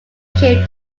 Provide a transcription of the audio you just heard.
became